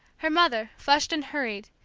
her mother, flushed and hurried,